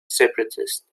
separatist